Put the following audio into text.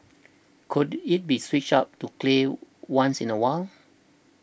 could it be switched up to clay once in a while